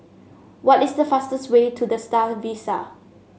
what is the fastest way to The Star Vista